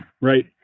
Right